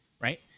right